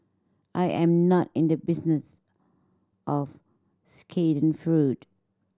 I am not in the business of schadenfreude